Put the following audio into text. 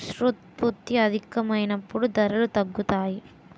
వస్తోత్పత్తి అధికమైనప్పుడు ధరలు తగ్గుతాయి